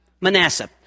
Manasseh